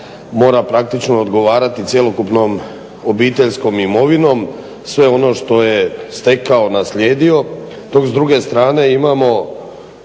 mora praktično odgovarati cjelokupnom obiteljskom imovinom, sve ono što je stekao, naslijedio,